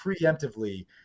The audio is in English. preemptively